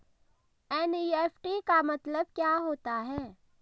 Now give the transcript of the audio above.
NEFT का मतलब क्या होता है?